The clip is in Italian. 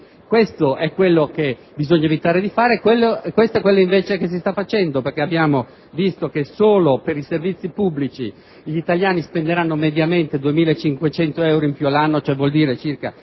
Questo è quello che bisogna evitare di fare ed è invece quello che invece si sta facendo. Abbiamo visto che solo per i servizi pubblici gli italiani spenderanno mediamente 2.500 euro in più all'anno, cioè circa